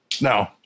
No